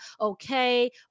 okay